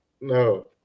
No